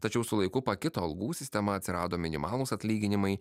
tačiau su laiku pakito algų sistema atsirado minimalūs atlyginimai